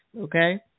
Okay